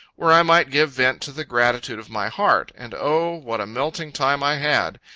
where i might give vent to the gratitude of my heart and, o, what a melting time i had!